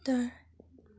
তাৰ